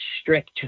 strict